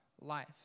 life